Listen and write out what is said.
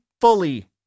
fully